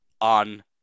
on